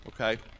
Okay